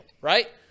right